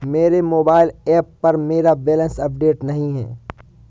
मेरे mobile app पर मेरा बैलेंस अपडेट नहीं है